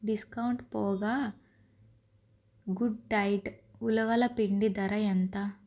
discount పోగా good diet ఉలవల పిండి ధర ఎంత